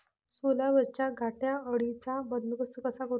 सोल्यावरच्या घाटे अळीचा बंदोबस्त कसा करू?